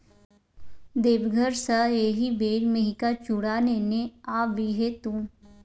देवघर सँ एहिबेर मेहिका चुड़ा नेने आबिहे तु